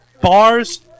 Bars